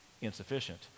insufficient